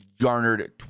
garnered